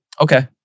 Okay